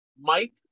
Mike